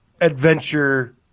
adventure